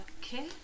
okay